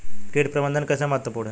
कीट प्रबंधन कैसे महत्वपूर्ण है?